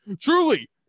Truly